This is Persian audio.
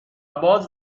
باز